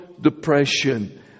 depression